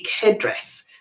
headdress